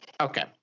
Okay